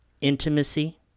intimacy